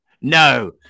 No